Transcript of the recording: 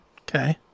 Okay